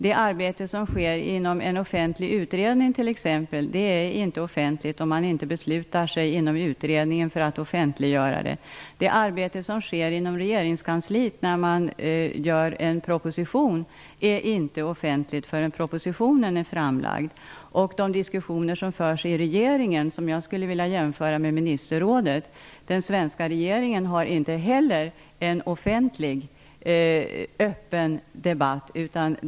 Det arbete som bedrivs i exempelvis en offentlig utredning är inte offentligt, såvida man inom utredningen inte beslutar sig för att offentliggöra den. Det arbete som sker inom regeringskansliet vid arbetet med en proposition är inte offentligt förrän propositionen är framlagd. De diskussioner som förs i regeringen är jämförbara med ministerrådets. Den svenska regeringen har inte heller en offentlig, öppen debatt.